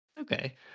Okay